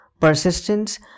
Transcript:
persistence